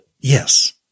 Yes